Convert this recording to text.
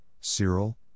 Cyril